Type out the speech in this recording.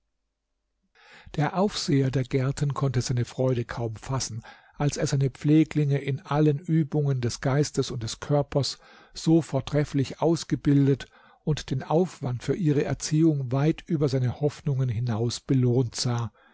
der aufseher der gärten konnte seine freude kaum fassen als er seine pfleglinge in allen übungen des geistes und des körpers so vortrefflich ausgebildet und den aufwand für ihre erziehung weit über seine hoffnungen hinaus belohnt sah